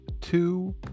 two